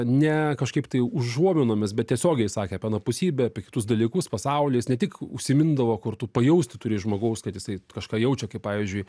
ne kažkaip tai užuominomis bet tiesiogiai sakė apie anapusybę apie kitus dalykus pasaulis ne tik užsimindavo kur tu pajausti turi žmogaus kad jisai kažką jaučia kaip pavyzdžiui